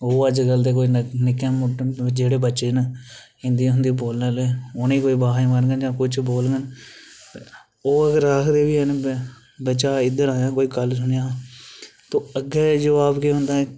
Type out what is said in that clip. ओह् अजकल दे जेह्ड़े बच्चे न हिंदी बोलने आह्ले उनेंगी कोई बाज़ मारनी होऐ ओह् अगर आखदे की बच्चा इद्धर आयां कोई गल्ल सुनेआं ते अग्गै जवाब केह् औंदा